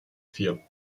vier